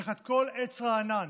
תחת כל עץ רענן